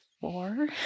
four